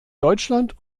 deutschland